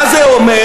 מה זה אומר?